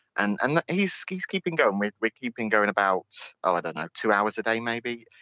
and and he's so he's keeping going. we're we're keeping going about, oh i don't know, two hours a day maybe.